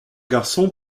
garçon